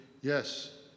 yes